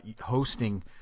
hosting